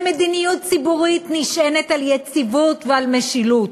שמדיניות ציבורית נשענת על יציבות ועל משילות,